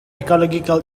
ecological